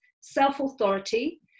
self-authority